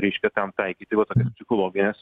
reiškia tam taikyti va tokias psichologines